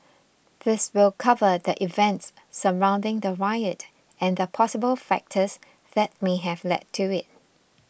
this will cover the events surrounding the riot and the possible factors that may have led to it